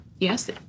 Yes